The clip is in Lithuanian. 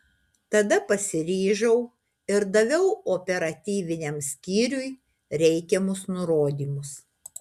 tada pasiryžau ir daviau operatyviniam skyriui reikiamus nurodymus